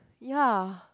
ya